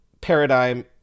paradigm